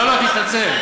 לא לא, תתנצל.